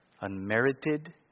Unmerited